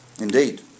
Indeed